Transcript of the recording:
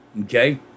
Okay